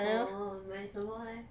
orh 买什么 leh